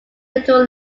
little